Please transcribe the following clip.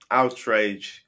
outrage